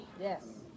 Yes